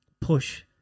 push